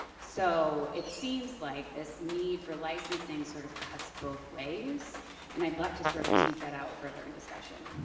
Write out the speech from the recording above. so it seems like this need for licensing sort of cuts both ways and i'd love to sort of tease that out further in discussion.